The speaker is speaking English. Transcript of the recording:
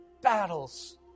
battles